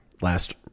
last